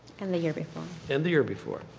and the year before. and the year before.